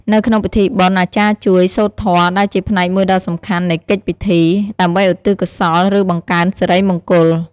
នៅក្នុងពិធីបុណ្យ អាចារ្យជួយ សូត្រធម៌ ដែលជាផ្នែកមួយដ៏សំខាន់នៃកិច្ចពិធី ដើម្បីឧទ្ទិសកុសល ឬបង្កើនសិរីមង្គល។